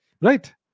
right